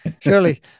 Surely